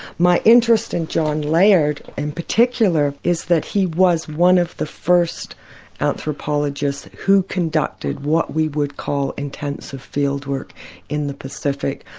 my interest in john layard in particular is that he was one of the first anthropologists who conducted what we could call intensive field work in the pacific,